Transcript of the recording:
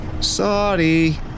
Sorry